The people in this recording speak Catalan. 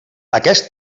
aquest